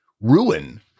ruin